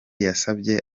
yasabye